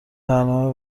برنامه